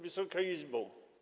Wysoka Izbo!